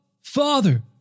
Father